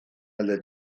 alde